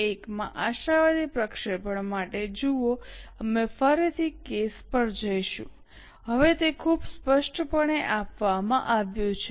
1 માં આશાવાદી પ્રક્ષેપણ માટે જુઓ અમે ફરીથી કેસ પર જઈશું હવે તે ખૂબ સ્પષ્ટપણે આપવામાં આવ્યું છે